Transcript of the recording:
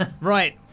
Right